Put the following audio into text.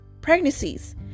pregnancies